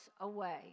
away